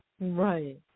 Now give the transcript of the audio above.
Right